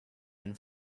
and